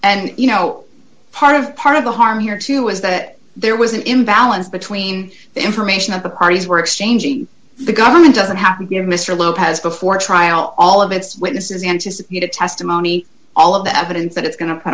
and you know part of part of the harm here too is that there was an imbalance between the information and the parties were exchanging the government doesn't happen here mr lopez before trial all of its witnesses anticipated testimony all of the evidence that it's going